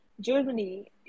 Germany